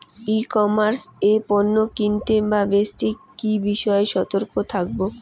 ই commerce এ পণ্য কিনতে বা বেচতে কি বিষয়ে সতর্ক থাকব?